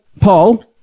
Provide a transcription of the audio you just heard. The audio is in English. Paul